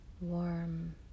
warm